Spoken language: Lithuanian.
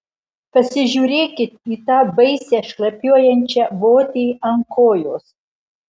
pasižiūrėkit į tą baisią šlapiuojančią votį ant kojos